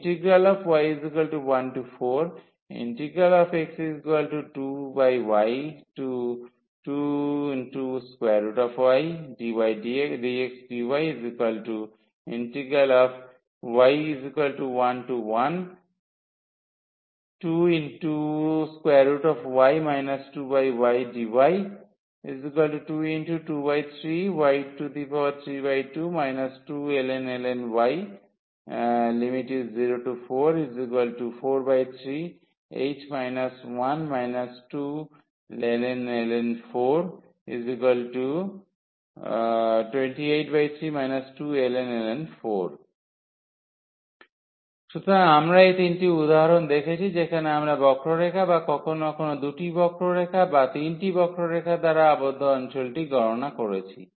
y14x2y2ydxdyy112y 2ydy 2×23 y32 2ln y 14438 1 2ln 4 4×73 2ln 4 283 2ln 4 সুতরাং আমরা এই তিনটি উদাহরণ দেখেছি যেখানে আমরা বক্ররেখা বা কখনও কখনও দুটি বক্ররেখা বা তিনটি বক্ররেখা দ্বারা আবদ্ধ অঞ্চলটি গণনা করেছি